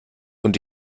und